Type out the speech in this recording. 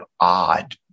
odd